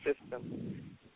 system